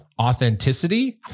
authenticity